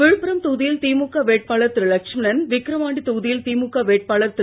விழுப்புரம்தொகுதியில்திமுகவேட்பாளர்திரு Lakshmanan விக்கிரவாண்டிதொகுதியில்திமுகவேட்பாளர்திரு